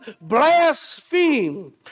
blaspheme